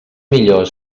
millor